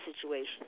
situation